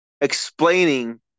explaining